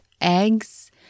eggs